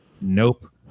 nope